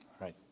right